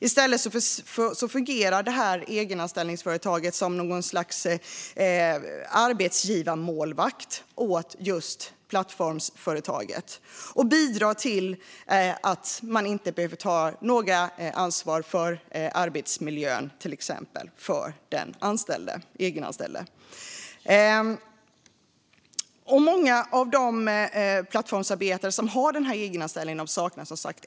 I stället fungerar egenanställningsföretaget som ett slags "arbetsgivarmålvakt" åt plattformsföretaget och bidrar därmed till att plattformsföretaget inte behöver ta något ansvar för till exempel arbetsmiljön för den egenanställde. Många av de plattformsarbetare som har den här typen av egenanställning saknar F-skatt.